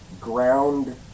ground